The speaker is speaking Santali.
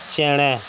ᱪᱮᱬᱮ